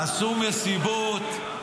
עשו מסיבות,